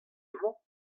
emañ